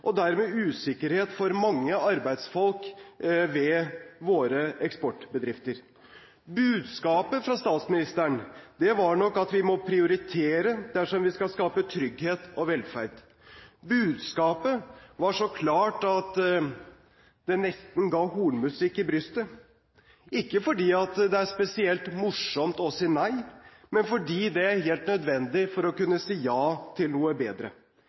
og dermed usikkerhet for mange arbeidsfolk ved våre eksportbedrifter. Budskapet fra statsministeren var nok at vi må prioritere dersom vi skal skape trygghet og velferd. Budskapet var så klart at det nesten ga hornmusikk i brystet, ikke fordi det er spesielt morsomt å si nei, men fordi det er helt nødvendig for å kunne si ja til noe bedre.